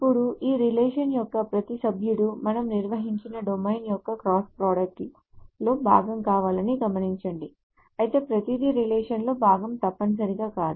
ఇప్పుడు ఈ రిలేషన్ యొక్క ప్రతి సభ్యుడు మనం నిర్వచించిన డొమైన్ యొక్క క్రాస్ ప్రొడక్ట్లో భాగం కావాలని గమనించండి అయితే ప్రతిదీ రిలేషన్లో భాగం తప్పనిసరిగా కాదు